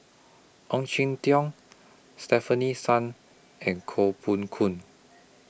Ong Jin Teong Stefanie Sun and Koh Poh Koon